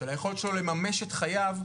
של היכולת שלו לממש את זכויות חייו.